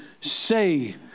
say